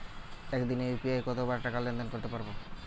একদিনে ইউ.পি.আই কতবার টাকা লেনদেন করতে পারব?